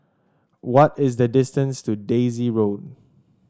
what is the distance to Daisy Road